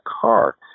car